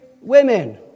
women